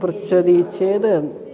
पृच्छति चेद्